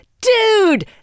dude